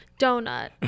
Donut